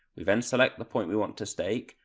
we then select the point we want to stake,